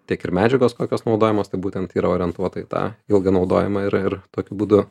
tiek ir medžiagos kokios naudojamos tai būtent yra orientuota į tą ilgą naudojimą ir ir tokiu būdu